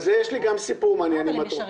גם על זה יש לי סיפור מעניין, אם את